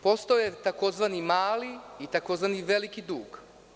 Postoje tzv. mali i tzv. veliki dug.